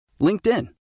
LinkedIn